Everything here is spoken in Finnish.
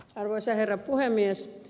arvoisa herra puhemies